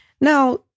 Now